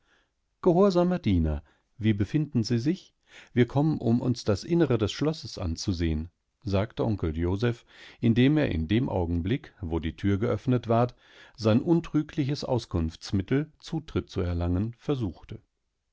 gehorsamer diener wie befinden sie sich wir kommen um uns das innere des schlosses anzusehen sagte onkel joseph indem er in dem augenblick wo die tür geöffnetward seinuntrüglichesauskunftsmittel zutrittzuerlangen versuchte